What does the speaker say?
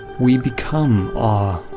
we become awe.